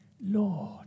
Lord